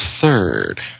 third